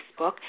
Facebook